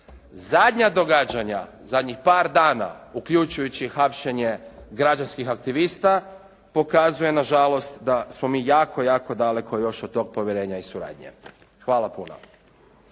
Zadnja događanja, zadnjih par dana uključujući i hapšenje građanskih aktivista pokazuje nažalost da smo mi jako, jako daleko još od tog povjerenja i suradnje. Hvala puno.